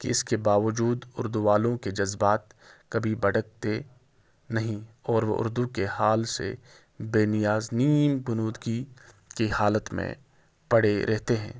کہ اس کے باوجود اردو والوں کے جذبات کبھی بھڑکتے نہیں اور وہ اردو کے حال سے بےنیاز نیم غنودگی کی حالت میں پڑے رہتے ہیں